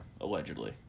allegedly